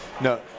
No